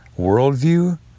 worldview